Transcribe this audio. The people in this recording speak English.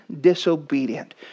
disobedient